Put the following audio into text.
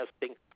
testing